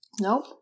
nope